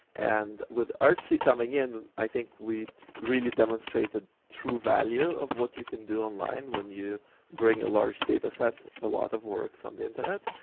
and with artsy coming in, i think we really demonstrated true value of what you can do online when you bring a large data set, a lot of works on the internet,